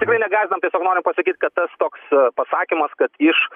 tikrai negąsdinam tiesiog norim pasakyt kad tas toks pasakymas kad iš